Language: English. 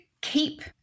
keep